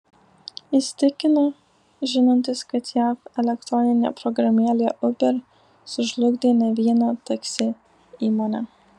jis tikina žinantis kad jav elektroninė programėlė uber sužlugdė ne vieną taksi įmonę